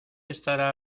estará